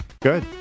Good